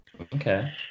Okay